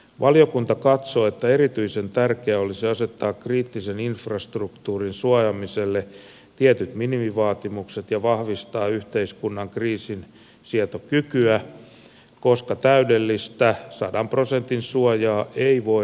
valiokunta katsoo että erityisen tärkeää olisi asettaa kriittisen infrastruktuurin suojaamiselle tietyt minimivaatimukset ja vahvistaa yhteiskunnan kriisinsietokykyä koska täydellistä sadan prosentin suojaa ei voida luoda